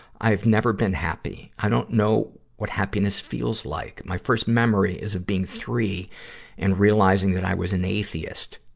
i have never been happy. i don't know what happiness feels like. my first memory is of being three and realizing that i was an atheist.